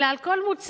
אלא על כל מוצר,